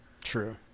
True